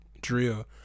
Drill